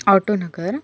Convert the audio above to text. Autonagar